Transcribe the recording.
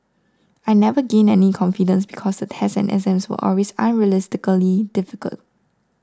I never gained any confidence because the tests and exams were always unrealistically difficult